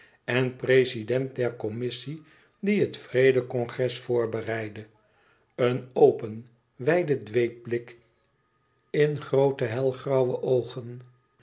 en prezident der commissie die het vrede congres voorbereidde een open wijde dweepblik in groote hel grauwe oogen